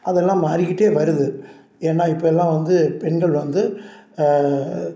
அதெல்லாம் மாறிக்கிட்டே வருது ஏன்னால் இப்பெல்லாம் வந்து பெண்கள் வந்து